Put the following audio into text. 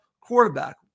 quarterback